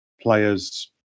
players